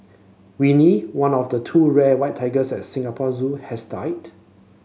Winnie one of the two rare white tigers at Singapore Zoo has died